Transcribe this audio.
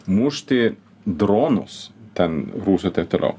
mušti dronus ten rusų taip toliau